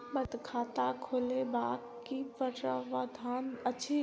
बचत खाता खोलेबाक की प्रावधान अछि?